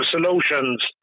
solutions